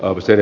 auster